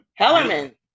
Hellerman